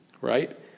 right